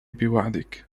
بوعدك